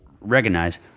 recognize